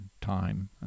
time